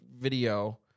video